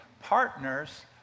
partners